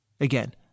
Again